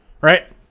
right